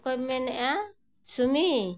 ᱚᱠᱚᱭᱮᱢ ᱢᱮᱱᱮᱜᱼᱟ ᱥᱩᱢᱤ